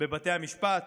בבתי המשפט,